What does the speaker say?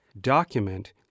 document